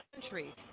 country